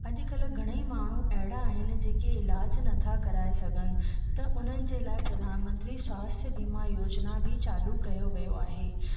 अॼुकल्ह घणेई माण्हू अहिड़ा आहिनि जेके इलाजु नथा कराए सघनि त उन्हनि जे लाइ प्रधानमंत्री स्वास्थ्य बिमा योजिना बि चालू कयो वियो आहे